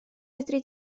fedri